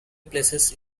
places